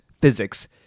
Physics